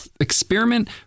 experiment